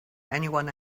anyone